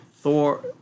Thor